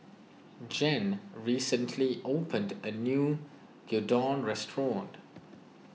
Gene recently opened a new Gyudon restaurant